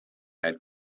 had